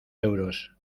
euros